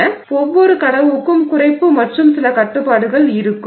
எனவே ஒவ்வொரு கடவுக்கும் குறைப்பு மற்றும் சில கட்டுப்பாடுகள் இருக்கும்